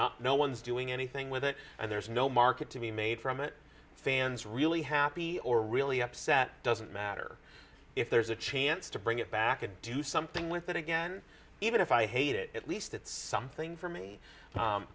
not no one's doing anything with it and there's no market to be made from it fans really happy or really upset doesn't matter if there's a chance to bring it back and do something with it again even if i hate it at least it's something for me